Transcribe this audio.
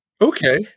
Okay